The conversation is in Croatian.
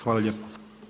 Hvala lijepo.